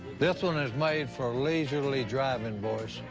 this one is made for leisurely driving, boys.